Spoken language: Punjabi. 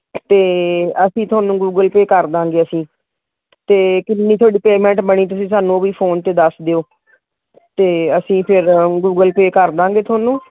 ਅਤੇ ਅਸੀਂ ਤੁਹਾਨੂੰ ਗੂਗਲ ਪੇ ਕਰ ਦਾਂਗੇ ਅਸੀਂ ਅਤੇ ਕਿੰਨੀ ਤੁਹਾਡੀ ਪੇਮੈਂਟ ਬਣੀ ਤੁਸੀਂ ਸਾਨੂੰ ਉਹ ਵੀ ਫੋਨ 'ਤੇ ਦੱਸ ਦਿਓ ਅਤੇ ਅਸੀਂ ਫਿਰ ਗੂਗਲ ਪੇ ਕਰ ਦਾਂਗੇ ਤੁਹਾਨੂੰ